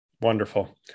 wonderful